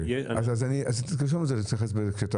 אז תרשום לעצמך להתייחס.